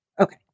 Okay